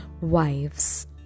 wives